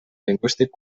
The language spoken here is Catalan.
lingüístic